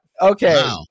Okay